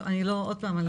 אני לא עוד פעם ---.